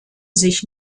sich